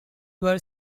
were